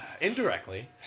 Indirectly